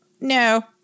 no